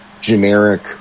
generic